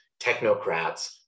technocrats